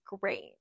great